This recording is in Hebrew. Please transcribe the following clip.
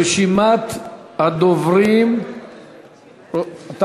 רשימת הדוברים, רגע, רגע.